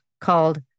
called